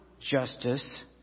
justice